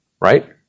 Right